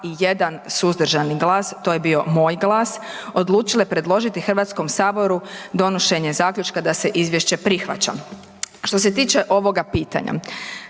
i 1 suzdržani glas, to je bio moj glas, odlučile predložile Hrvatskom saboru donošenje zaključka da izvješće prihvaća. Što se tiče ovoga pitanja,